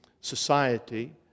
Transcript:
society